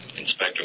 Inspector